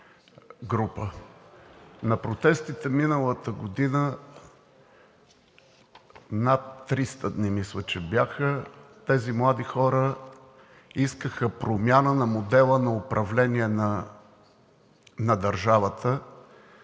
На протестите миналата година – над 300 дни, мисля, че бяха тези млади хора, искаха промяна на модела на управление на държавата,